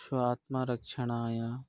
स्वात्मरक्षणाय